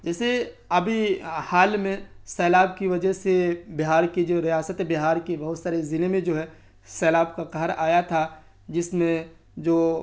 جیسے ابھی حال میں سیلاب کی وجہ سے بہار کی جو ریاست ہے بہار کی بہت ساری ضلعے میں جو ہے سیلاب کا قہر آیا تھا جس میں جو